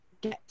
get